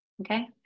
Okay